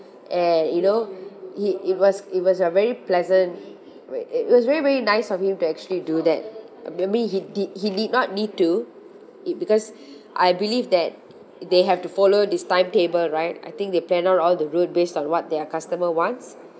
and you know he it was it was a very pleasant ve~ it was very very nice of him to actually do that maybe he did he did not need to it because I believe that they have to follow this timetable right I think they plan out all the route based on what their customer wants